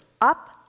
up